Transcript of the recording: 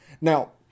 Now